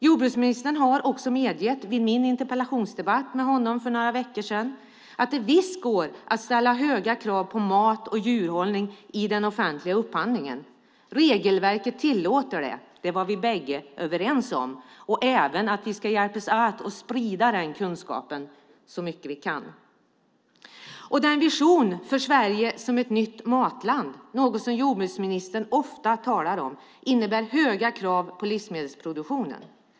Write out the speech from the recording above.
Jordbruksministern medgav också vid min interpellationsdebatt med honom för några veckor sedan att det går att ställa höga krav på mat och djurhållning i den offentliga upphandlingen. Regelverket tillåter det. Vi var överens om det, och även om att vi ska hjälpas åt att sprida den kunskapen så mycket vi kan. Visionen om Sverige som ett nytt matland, något som jordbruksministern ofta talar om, innebär höga krav på livsmedelsproduktionen.